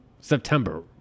september